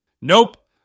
Nope